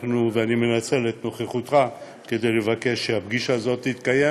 ואני מנצל את נוכחותך כדי לבקש שהפגישה הזאת תתקיים,